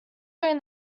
during